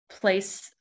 place